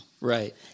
Right